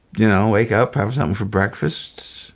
you know, wake up, have something for breakfast.